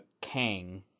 Kang